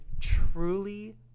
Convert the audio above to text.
truly